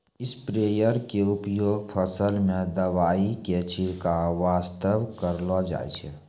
sprayer के उपयोग फसल मॅ दवाई के छिड़काब वास्तॅ करलो जाय छै